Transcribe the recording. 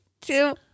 two